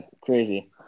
crazy